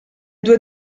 due